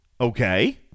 Okay